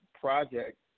project